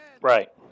Right